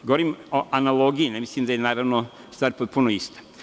Govorim a analogiji, ne mislim da je stvar potpuno ista.